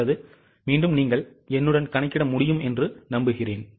நல்லது நீங்கள் என்னுடன் கணக்கிட முடியும் என்று நம்புகிறேன்